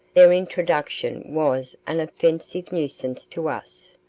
their introduction was an offensive nuisance to us.